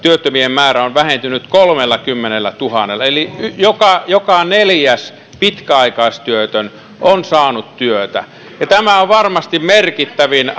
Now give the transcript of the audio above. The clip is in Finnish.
määrä on vähentynyt kolmellakymmenellätuhannella eli joka joka neljäs pitkäaikaistyötön on saanut työtä ja tämä on varmasti merkittävin